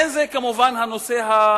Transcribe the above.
אין זה כמובן הנושא היחיד,